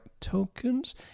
tokens